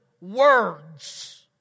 words